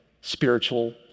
spiritual